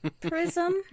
Prism